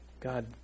God